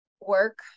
Work